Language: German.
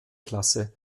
klasse